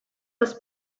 das